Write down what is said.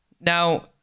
Now